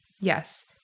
Yes